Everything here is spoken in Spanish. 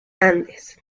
andes